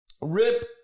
RIP